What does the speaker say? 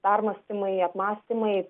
permąstymai apmąstymai